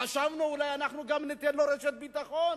חשבנו, אולי גם אנחנו ניתן לו רשת ביטחון.